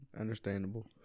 understandable